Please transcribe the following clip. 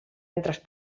entras